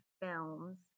films